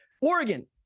Oregon